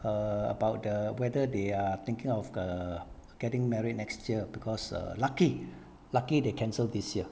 err about the whether they are thinking of err getting married next year because err lucky lucky they cancel this year